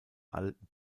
alten